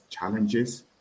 challenges